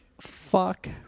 fuck